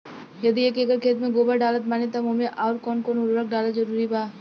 यदि एक एकर खेत मे गोबर डालत बानी तब ओमे आउर् कौन कौन उर्वरक डालल जरूरी बा?